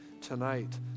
tonight